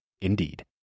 Indeed